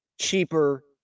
cheaper